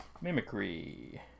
Mimicry